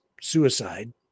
suicide